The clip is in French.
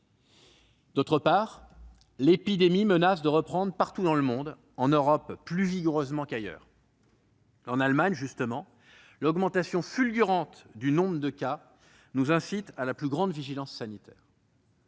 D'autre part, l'épidémie menace de reprendre partout dans le monde, en Europe plus vigoureusement qu'ailleurs. En Allemagne, justement, l'augmentation fulgurante du nombre de cas incite à la plus grande vigilance sanitaire.